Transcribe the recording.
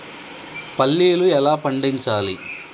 పల్లీలు ఎలా పండించాలి?